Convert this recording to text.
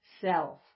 self